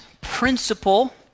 principle